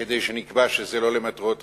כדי שנקבע שזה לא למטרות רווח?